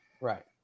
Right